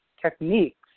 techniques